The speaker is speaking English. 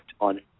on